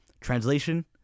Translation